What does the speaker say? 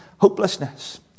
hopelessness